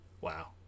Wow